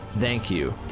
thank you!